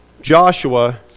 Joshua